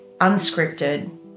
unscripted